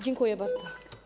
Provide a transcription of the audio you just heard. Dziękuję bardzo.